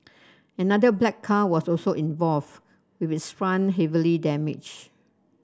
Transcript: another black car was also involved with its front heavily damaged